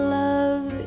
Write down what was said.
love